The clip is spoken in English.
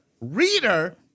reader